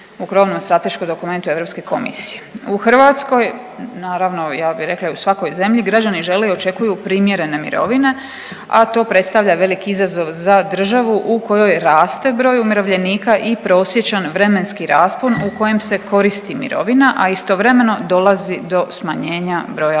U Hrvatskoj, naravno ja bi rekla i u svakoj zemlji građani žele i očekuju primjerene mirovine, a to predstavlja velik izazov za državu u kojoj raste broj umirovljenika i prosječan vremenski raspon u kojem se koristi mirovina, a istovremeno dolazi do smanjenja broja zaposlenih.